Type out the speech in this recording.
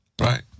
right